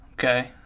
Okay